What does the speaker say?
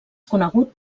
conegut